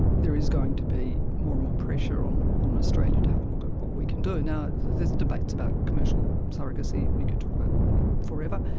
there is going to be more and more pressure on on australia to have a look at what we can do. there's debates about commercial surrogacy. you could talk about it forever.